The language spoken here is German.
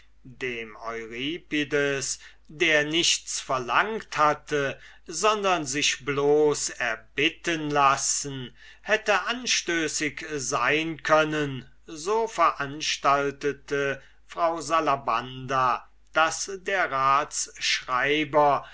dem euripides der nichts verlangt hatte sondern sich bloß erbitten lassen hätte anstößig sein können so veranstaltete frau salabanda daß der